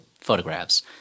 photographs